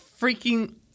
freaking